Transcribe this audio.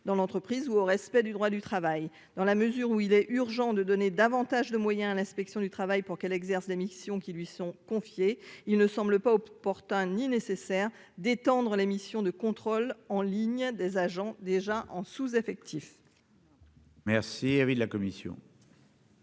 dans l'entreprise ou au respect du droit du travail, dans la mesure où il est urgent de donner davantage de moyens à l'inspection du travail pour qu'elle exerce des missions qui lui sont confiés, il ne semble pas opportun, ni nécessaire d'étendre la mission de contrôle en ligne des agents déjà en sous-effectif. Merci,